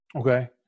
Okay